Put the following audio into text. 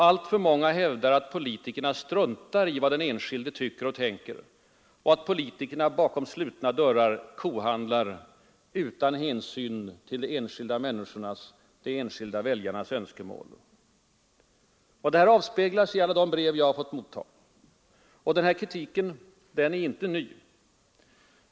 Alltför många hävdar att politikerna struntar i vad den enskilde tycker och tänker och att politikerna bakom slutna dörrar ”kohandlar” utan hänsyn till de enskilda människornas, de enskilda väljarnas önskemål. Det avspeglar sig i alla de brev jag har fått motta. Kritiken är inte ny.